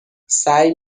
سعی